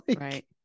Right